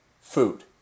food